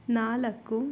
ನಾಲ್ಕು